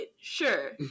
Sure